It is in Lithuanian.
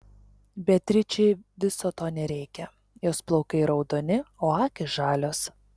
beatričei viso to nereikia jos plaukai raudoni o akys žalios